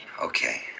Okay